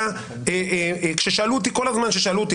כל הזמן כששאלו אותי,